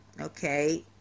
okay